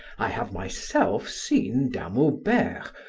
i have myself seen dame aubert,